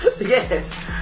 Yes